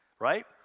right